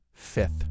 fifth